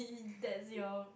is that's your